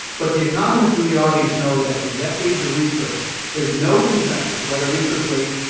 but the economists in the audience know that afterdecades of research there's no cons ensus whether interest rates,